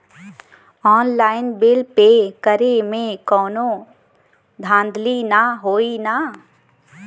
Online bill pay करे में कौनो धांधली ना होई ना?